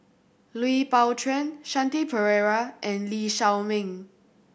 Lui Pao Chuen Shanti Pereira and Lee Shao Meng